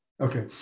Okay